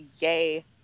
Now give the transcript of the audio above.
Yay